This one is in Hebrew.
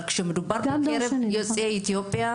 אבל כשמדובר בקרב יוצאי אתיופיה,